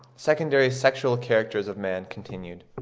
secondary sexual characters of man continued.